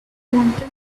wanted